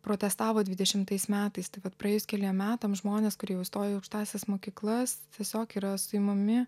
protestavo dvidešimtais metais tai vat praėjus keliem metam žmonės kurie jau įstojo į aukštąsias mokyklas tiesiog yra suimami